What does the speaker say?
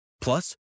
Plus